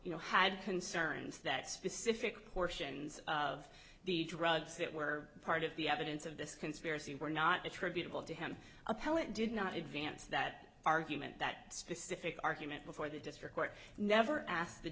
you know had concerns that specific portions of the drugs that were part of the evidence of this conspiracy were not attributable to him appellant did not advance that argument that specific argument before the district court never asked the